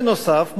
בנוסף,